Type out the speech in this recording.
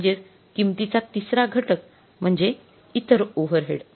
म्हणजेच किंमतीचा तिसरा घटक म्हणजे इतर ओव्हरहेड